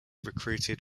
recruited